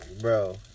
bro